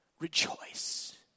Rejoice